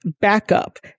backup